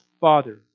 Father